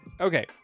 okay